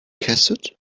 cassette